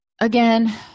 again